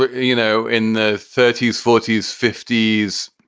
ah you know, in the thirty s, forty s, fifty s,